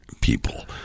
people